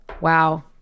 Wow